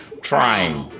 trying